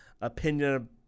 opinion